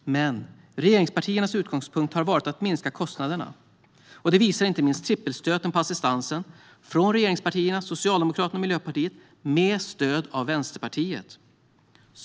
Men regeringspartiernas utgångspunkt har varit att minska kostnaderna. Det visar inte minst trippelstöten mot assistansen från regeringspartierna Socialdemokraterna och Miljöpartiet med stöd av Vänsterpartiet.